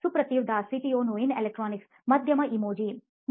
ಸುಪ್ರತಿವ್ Das CTO ನೋಯಿನ್ ಎಲೆಕ್ಟ್ರಾನಿಕ್ಸ್ಮಧ್ಯಮ emoji ಸರಿ